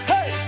Hey